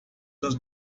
das